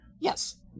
Yes